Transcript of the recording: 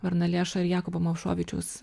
varnalėša ir jakubo movšovičiaus